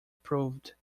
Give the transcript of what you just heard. proved